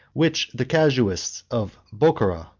which the casuists of bochara,